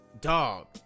dog